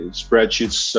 spreadsheets